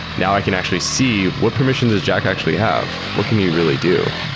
now i can actually see what permission does jack actually have? what can you really do?